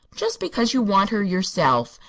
just because you want her yourself,